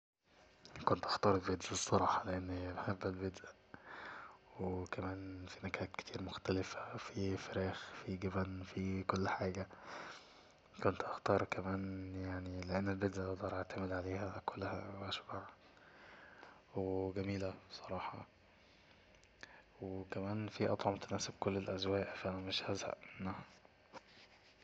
كنت هختار البيتزا الصراحة لأني بحب البيتزا وكمان في نكهات كتير مختلفة في فراخ في جبن في كل حاجة كنت هختار كمان يعني لأن البيتزا أقدراعتمد عليها أكلها أشبع وجميلة الصراحة وكمان في أطعم تناسب كل الأزواق اي ف مش هزهق منها